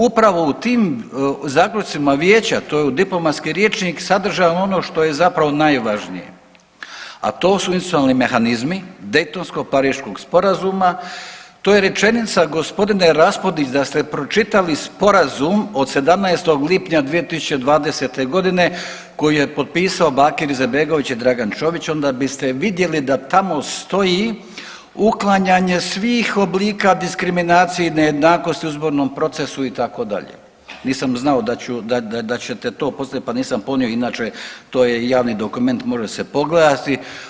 Upravo u tim zaključcima vijeća to je u diplomatski rječnik sadrže ono što je zapravo najvažnije, a to su institucionalni mehanizmi Dejtonsko-pariškog sporazuma, to je rečenica gospodine Raspudić da ste pročitali sporazum od 17. lipnja 2020. godine koji je potpisao Bakir Izetbegović i Dagan Čović onda biste vidjeli da tamo stoji uklanjanje svih oblika diskriminacije i nejednakosti u izbornom procesu itd., nisam znao da ćete to postaviti pa nisam ponio inače to je javni dokument, može se pogledati.